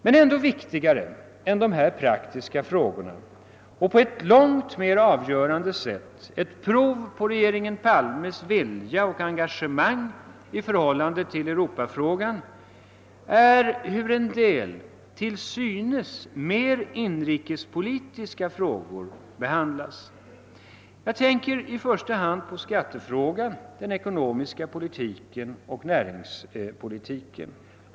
Men ännu viktigare än dessa praktiska frågor och på ett långt mer avgörande sätt ett prov på regeringen. Palmes vilja och engagemang i förhållande till Europafrågan är hur en del till synes mer inrikespolitiskt betonade frågor behandlas. Jag tänker i första hand på skattefrågan, den eko-. nomiska politiken och näringspolitiken.